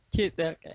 Okay